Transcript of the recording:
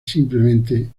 simplemente